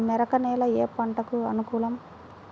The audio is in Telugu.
మెరక నేల ఏ పంటకు అనుకూలం?